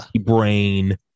brain